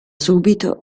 subito